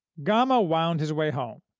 gama wound his way home,